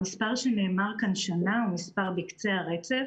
המספר שנאמר כאן, שנה, הוא מספר בקצה הרצף.